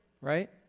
right